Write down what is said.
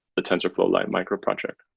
the tensorflow lite micro project.